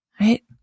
Right